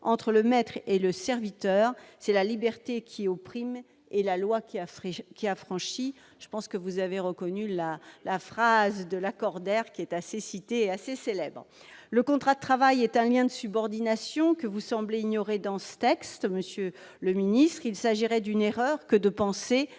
entre le maître et le serviteur, c'est la liberté qui opprime et la loi qui a, qui a franchi, je pense que vous avez reconnu la la phrase de Lacordaire qui est assez cité assez célèbres : le contrat de travail est un lien de subordination que vous semblez ignorer dans ce texte, monsieur le ministre, il s'agirait d'une erreur que de penser